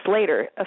later